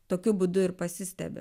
tokiu būdu ir pasistebi